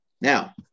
Now